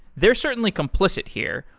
they're certainly complicity here,